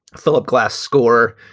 philip glass score.